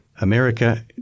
America